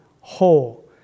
whole